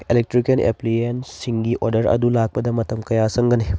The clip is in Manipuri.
ꯑꯦꯂꯦꯛꯇ꯭ꯔꯤꯀꯦꯜ ꯑꯦꯄ꯭ꯂꯥꯏꯑꯦꯟꯁꯁꯤꯡꯒꯤ ꯑꯣꯔꯗꯔ ꯑꯗꯨ ꯂꯥꯛꯄꯗ ꯃꯇꯝ ꯀꯌꯥ ꯆꯪꯒꯅꯤ